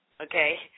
okay